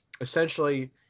Essentially